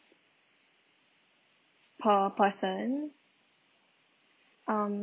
per person um